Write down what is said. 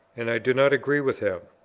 and i do not agree with him.